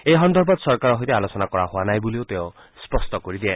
এই সন্দৰ্ভত চৰকাৰৰ সৈতে আলোচনা কৰা হোৱা নাই বুলিও তেওঁ স্পষ্ট কৰি দিয়ে